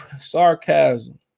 Sarcasm